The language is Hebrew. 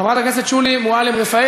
חברת הכנסת שולי מועלם-רפאלי